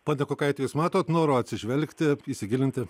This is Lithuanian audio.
pone kukaiti jūs matot noro atsižvelgti įsigilinti